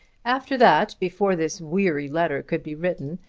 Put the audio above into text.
after that, before this weary letter could be written,